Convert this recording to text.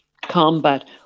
combat